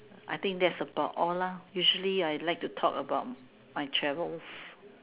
I think that's about all lah usually I like to talk about my travels